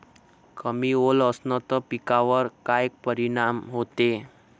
कमी ओल असनं त पिकावर काय परिनाम होते?